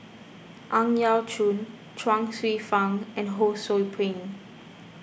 Ang Yau Choon Chuang Hsueh Fang and Ho Sou Ping